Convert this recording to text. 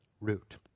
root